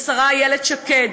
לשרה איילת שקד,